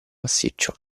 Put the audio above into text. massiccio